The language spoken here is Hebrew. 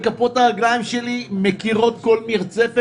כפות הרגליים שלי מכירות כל מרצפת,